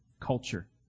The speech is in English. culture